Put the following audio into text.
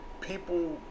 people